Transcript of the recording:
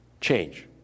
Change